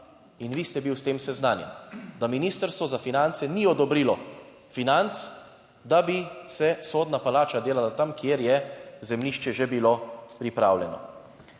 in vi ste bil s tem seznanjen, da Ministrstvo za finance ni odobrilo financ, da bi se sodna palača delala tam, kjer je zemljišče že bilo pripravljeno.